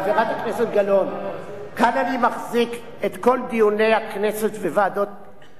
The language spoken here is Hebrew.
כאן אני מחזיק את כל דיוני הכנסת וועדת חוקה,